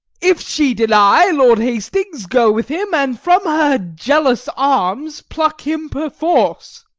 if she deny, lord hastings, go with him, and from her jealous arms pluck him perforce.